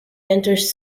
enters